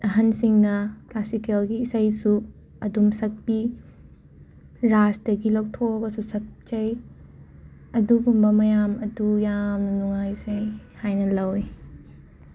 ꯑꯍꯟꯁꯤꯡꯅ ꯀ꯭ꯂꯥꯁꯤꯀꯦꯜꯒꯤ ꯏꯁꯩꯁꯨ ꯑꯗꯨꯝ ꯁꯛꯄꯤ ꯔꯥꯁꯇꯒꯤ ꯂꯧꯊꯣꯛꯑꯒꯁꯨ ꯁꯛꯆꯩ ꯑꯗꯨꯒꯨꯝꯕ ꯃꯌꯥꯝ ꯑꯗꯨ ꯌꯥꯝꯅ ꯅꯨꯡꯉꯥꯏꯖꯩ ꯍꯥꯏꯅ ꯂꯧꯏ